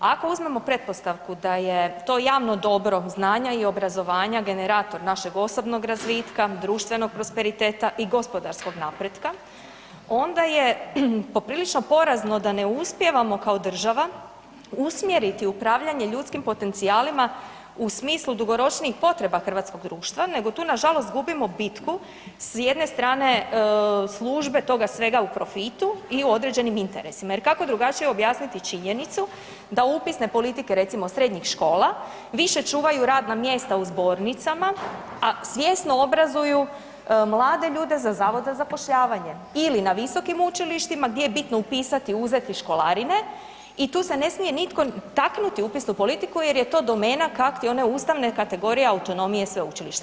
Ako uzmemo pretpostavku da je to javno dobro znanja i obrazovanja generator našeg osobnog razvitka, društvenog prosperiteta i gospodarskog napretka, onda je poprilično porazno da ne uspijevamo kao država usmjeriti upravljanje ljudskim potencijalima u smislu dugoročnijih potreba hrvatskog društva, nego tu nažalost gubimo bitku s jedne strane, službe toga svega u profitu i u određenim interesima jer kako drugačije objasniti činjenicu da upisne politike, recimo srednjih škola više čuvaju radna mjesta u zbornicama, a svjesno obrazuju mlade ljude za Zavod za zapošljavanje ili na visokim učilištima, gdje je bitno upisati i uzeti školarine i tu se ne smije nitko taknuti u upisnu politiku jer je to domena, kak ti, one ustavne kategorije autonomije sveučilišta.